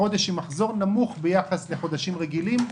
זה היה חודש עם מחזור נמוך ביחס לחודשים רגילים.